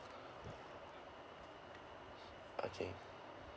okay